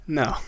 no